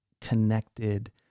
connected